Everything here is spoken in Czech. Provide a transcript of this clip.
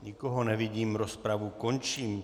Nikoho nevidím, rozpravu končím.